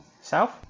south